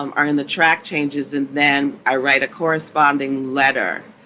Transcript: um are in the track changes and then i write a corresponding letter